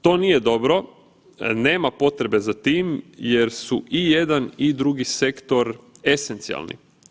To nije dobro, nema potrebe za tim jer su i jedan i drugi sektor esencijalni.